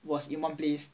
was in one place